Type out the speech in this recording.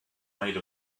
made